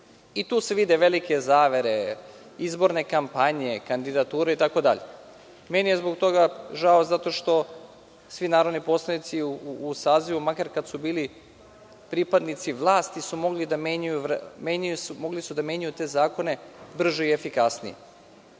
I tu se vide velike zavere, izborne kampanje, kandidature itd. Meni je zbog toga žao, zato što svi narodni poslanici u sazivu, makar kad su bili pripadnici vlasti, su mogli da menjaju te zakone brže i efikasnije.